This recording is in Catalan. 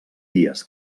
dies